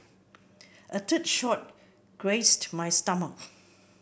a third shot grazed my stomach